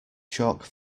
chalk